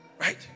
Right